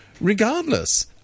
regardless